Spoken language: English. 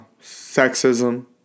sexism